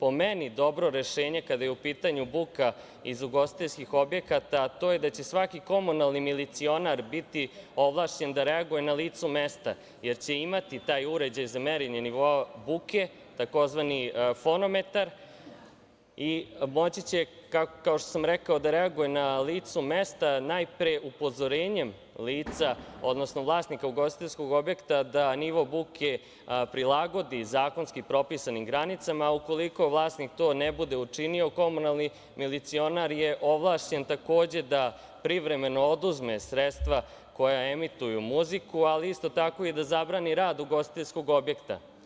po meni dobro rešenje kada je u pitanju buka iz ugostiteljskih objekata, a to je da će svaki komunalni milicionar biti ovlašćen da reaguje na licu mesta, jer će imati taj uređaj za merenje nivoa buke, tzv. fonometar i moći će, kao što sam rekao, da reaguje na licu mesta najpre upozorenjem lica odnosno vlasnika ugostiteljskog objekta da nivo buke prilagodi zakonski propisanim granicama, a ukoliko vlasnik to ne bude učinio, komunalni milicionar je ovlašćen takođe da privremeno oduzme sredstva koja emituju muziku, ali isto tako i da zabrani rad ugostiteljskog objekta.